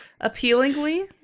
Appealingly